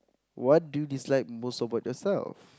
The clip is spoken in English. what do you dislike most about yourself